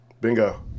bingo